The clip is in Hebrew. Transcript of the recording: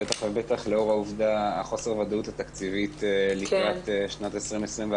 בטח ובטח לאור חוסר הוודאות התקציבית לקראת שנת 2021,